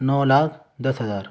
نو لاکھ دس ہزار